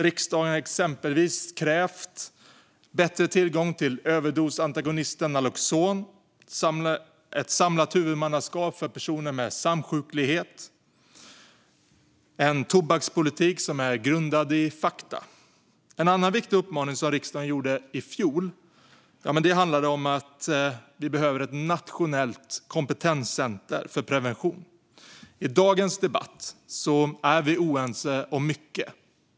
Riksdagen har exempelvis krävt bättre tillgång till överdosantagonisten Naloxon, ett samlat huvudmannaskap för personer med samsjuklighet och en tobakspolitik som är grundad i fakta. En annan viktig uppmaning som riksdagen gjorde i fjol handlade om att vi behöver ett nationellt kompetenscenter för prevention. I dagens debatt är vi oense om mycket.